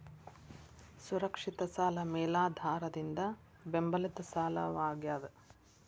ಸುರಕ್ಷಿತ ಸಾಲ ಮೇಲಾಧಾರದಿಂದ ಬೆಂಬಲಿತ ಸಾಲವಾಗ್ಯಾದ